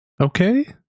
okay